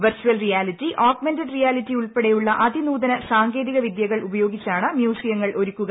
virtual reality augmented reality ഉൾപ്പെടെയുള്ള അതിനൂതന സാങ്കേതിക വിദ്യകൾ ഉപയോഗിച്ചാണ് മ്യൂസിയങ്ങൾ ഒരുക്കുക